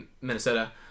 Minnesota